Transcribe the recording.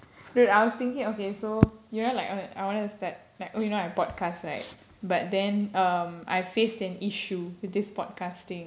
wait I was thinking okay so you know like I I wanted to start like okay you know I podcast right but then um I faced an issue with this podcasting